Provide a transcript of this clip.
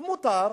זה מותר,